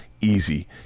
easy